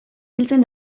biltzen